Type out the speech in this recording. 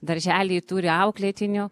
darželiai turi auklėtinių